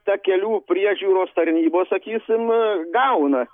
ta kelių priežiūros tarnybos sakysim gauna